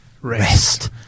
rest